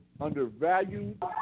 undervalued